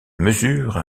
mesure